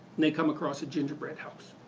they come across a gingerbread house.